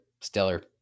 stellar